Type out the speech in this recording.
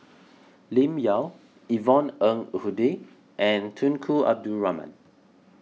Lim Yau Yvonne Ng Uhde and Tunku Abdul Rahman